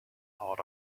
out